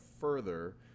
further